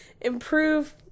improve